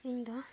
ᱤᱧᱫᱚ